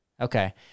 Okay